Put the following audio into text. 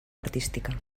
artística